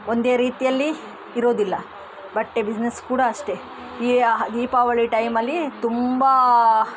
ಒಂದೇ ರೀತಿಯಲ್ಲಿ ಇರೋದಿಲ್ಲ ಬಟ್ಟೆ ಬಿಸ್ನೆಸ್ ಕೂಡ ಅಷ್ಟೇ ಏ ದೀಪಾವಳಿ ಟೈಮಲ್ಲಿ ತುಂಬ